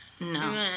No